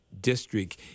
district